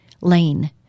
lane